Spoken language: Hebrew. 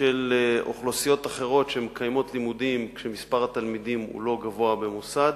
של אוכלוסיות אחרות שמקיימות לימודים כשמספר התלמידים לא גבוה במוסד,